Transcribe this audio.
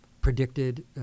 predicted